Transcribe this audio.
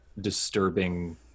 disturbing